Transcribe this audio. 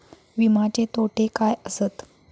विमाचे तोटे काय आसत?